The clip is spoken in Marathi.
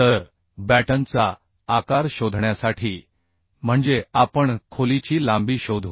तर बॅटनचा आकार शोधण्यासाठी म्हणजे आपण खोलीची लांबी शोधू